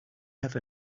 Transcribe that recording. have